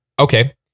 Okay